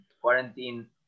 quarantine